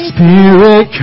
Spirit